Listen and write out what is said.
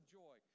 joy